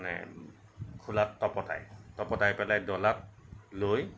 মানে খোলাত তপতাই তপতাই পেলাই ডলাত লৈ